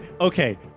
okay